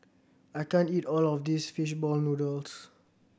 I can't eat all of this fish ball noodles